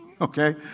okay